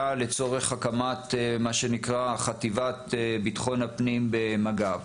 לצורך הקמת מה שנקרא חטיבת ביטחון הפנים במג"ב.